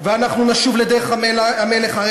ואנחנו נשוב לדרך המלך,